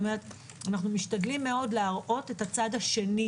אנו משתדלים להראות את הצד השני,